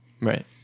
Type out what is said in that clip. Right